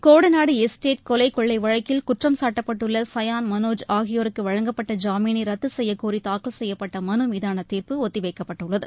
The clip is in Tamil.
கோடநாடு எஸ்டேட் கொலை கொள்ளை வழக்கில் குற்றம் காட்டப்பட்டுள்ள சுயான் மனோஜ் ஆகியோருக்கு வழங்கப்பட்ட ஜாமீனை ரத்து செய்யக்கோரி தாக்கல் செய்யப்பட்ட மனு மீதான தீர்ப்பு ஒத்திவைக்கப்பட்டுள்ளது